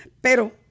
pero